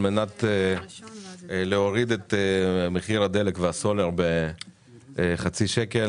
על מנת להוריד את מחיר הדלק והסולר בחצי שקל,